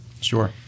Sure